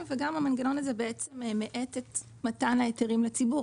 וגם המנגנון הזה בעצם מאט את מתן ההיתרים לציבור,